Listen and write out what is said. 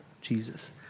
Jesus